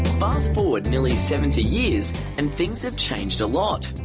fast-forward nearly seventy years, and things have changed a lot.